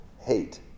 hate